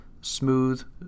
smooth